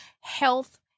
health